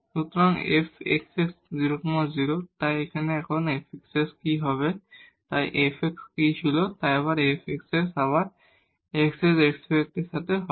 সুতরাং fxx 0 0 তাই এখন fxx কি হবে এই fx কি ছিল তাই এই fxx আবার x এর রেস্পেক্টের সাথে হবে